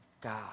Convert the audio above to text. God